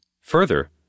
Further